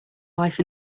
life